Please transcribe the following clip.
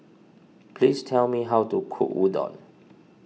please tell me how to cook Udon